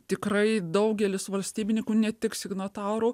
tikrai daugelis valstybininkų ne tik signatarų